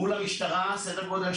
מול המשטרה כנ"ל.